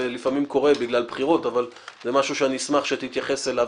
זה לפעמים קורה בגלל בחירות אבל זה משהו שאני אשמח שתתייחס אליו,